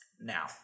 Now